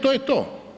To je to.